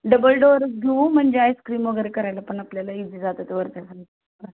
double door घेऊ म्हणजे ice cream वगैरे करायला पण आपल्याला ईझी जातात वरच्या खणात